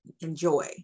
enjoy